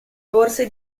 borse